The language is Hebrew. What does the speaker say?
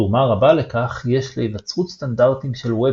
תרומה רבה לכך יש להיווצרות סטנדרטים של Web